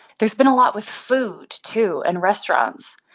there's been a lot with food, too, and restaurants,